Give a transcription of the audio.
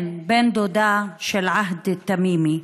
כן, בן דודה של עהד תמימי,